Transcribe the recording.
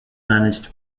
managed